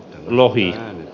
lohi